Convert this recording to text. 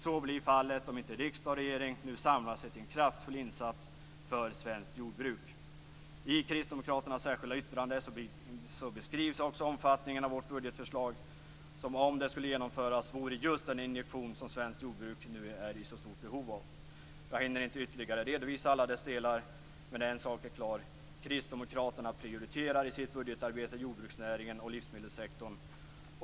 Så blir fallet om inte riksdag och regering nu samlar sig till en kraftfull insats för svenskt jordbruk. I Kristdemokraternas särskilda yttrande beskrivs också omfattningen av vårt budgetförslag som om det skulle genomföras vore just den injektion som svenskt jordbruk nu är i så stort behov av. Jag hinner inte redovisa alla delar, men en sak är klar: Kristdemokraterna prioriterar i sitt budgetarbete jordbruksnäringen och livsmedelssektorn.